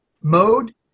mode